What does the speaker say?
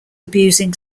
abusing